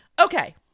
Okay